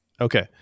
Okay